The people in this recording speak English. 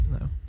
no